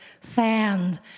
sand